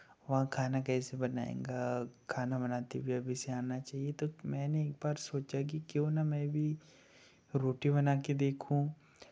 वहाँ खाना कैसे बनाएगा खाना बनाते हुए अभी से आना चाहिए तो मैंने एक बार सोचा कि क्यों ना मैं भी रोटी बना के देखूँ